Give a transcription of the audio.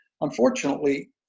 unfortunately